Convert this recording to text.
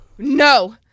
No